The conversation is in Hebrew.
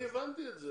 אני הבנתי את זה.